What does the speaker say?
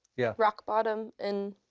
yeah. rock bottom, and